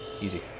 Easy